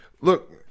look